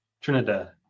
Trinidad